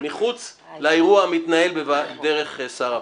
מחוץ לאירוע המתנהל דרך שר הפנים.